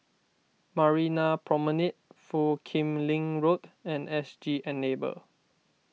Marina Promenade Foo Kim Lin Road and S G Enable